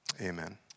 Amen